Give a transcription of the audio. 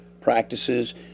practices